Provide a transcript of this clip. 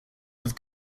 have